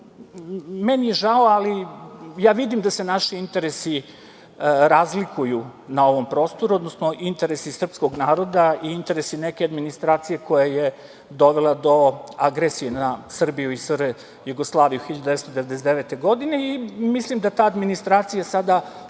Meni je žao, ali vidim da se naši interesi razlikuju na ovom prostoru, odnosno interesi srpskog naroda i interesi neke administracije koja je dovela do agresije na Srbiju i SR Jugoslaviju 1999. godine i mislim da ta administracija sada